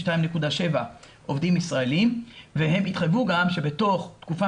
2.7 עובדים ישראלים והם התחייבו גם שבתוך תקופה